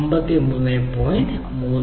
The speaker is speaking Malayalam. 37 പ്ലസ് 22 പ്ലസ് 6 ആയി മാറും 53